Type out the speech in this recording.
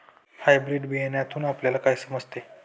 Hybrid बियाण्यातून आपल्याला काय समजते?